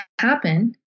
happen